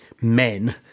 men